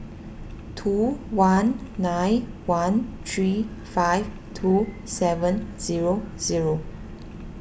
two one nine one three five two seven zero zero